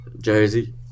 jersey